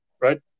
Right